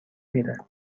میره